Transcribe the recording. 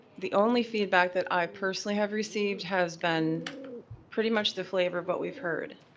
the only feedback that i personally have received has been pretty much the flavor of what we've heard.